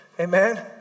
Amen